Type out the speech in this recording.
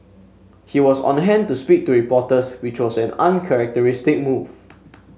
he was on hand to speak to reporters which was an uncharacteristic move